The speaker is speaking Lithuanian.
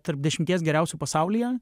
tarp dešimties geriausių pasaulyje